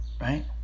right